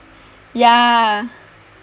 ya